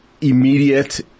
immediate